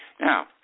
Now